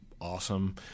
awesome